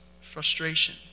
frustration